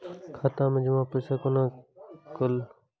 खाता मैं जमा पैसा कोना कल